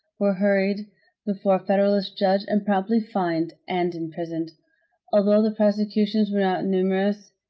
were hurried before federalist judges and promptly fined and imprisoned. although the prosecutions were not numerous,